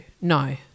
No